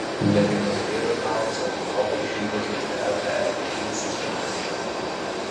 neptūno žaidėjai nutraukė savo boikotą ir išvyko žaisti lkl rungtynių su sakalais